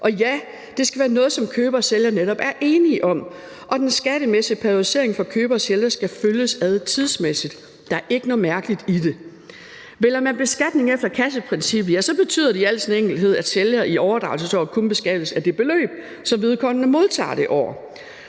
Og ja, det skal være noget, som køber og sælger netop er enige om, og den skattemæssige periodisering for køber og sælger skal følges ad tidsmæssigt. Der er ikke noget mærkeligt i det. Kl. 20:33 Vælger man beskatning efter kasseprincippet, betyder det i al sin enkelhed, at sælgeren i overdragelsesåret kun beskattes af det beløb, som vedkommende modtager det år,